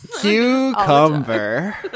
Cucumber